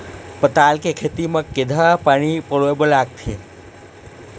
पताल के खेती म केघा पानी पलोए बर लागथे?